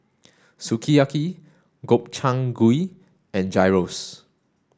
Sukiyaki Gobchang Gui and Gyros